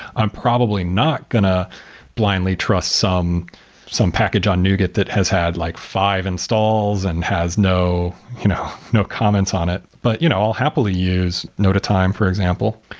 i'm probably not going to blindly trust some some package on new git that has had like five installs and has no you know no comments on it. but you know i'll happily use note a time for, example,